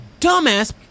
dumbass